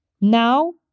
Now